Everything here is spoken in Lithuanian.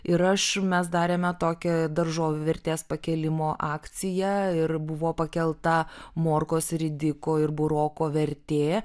ir aš mes darėme tokią daržovių vertės pakėlimo akciją ir buvo pakelta morkos ridiko ir buroko vertė